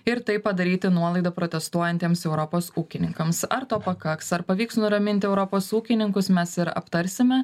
ir taip padaryti nuolaidą protestuojantiems europos ūkininkams ar to pakaks ar pavyks nuraminti europos ūkininkus mes ir aptarsime